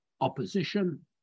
opposition